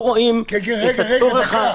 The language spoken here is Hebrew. רגע.